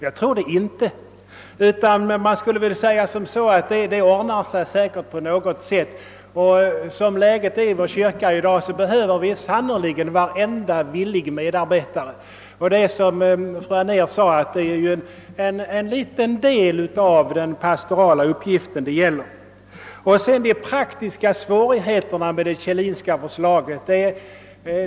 Jag tror det inte. Hon skulle väl i stället säga, att det säkert ordnar sig på något sätt. Sådant som läget är i vår kyrka i dag behöver vi sannerligen varje villig medarbetare, och som fru Anér sade är det bara en liten del av den pastorala uppgiften det här gäller. Sedan de praktiska svårigheterna med det Kjellinska förslaget!